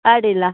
ಅಡ್ಡಿಲ್ಲ